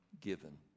given